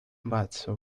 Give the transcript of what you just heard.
but